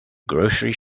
grocery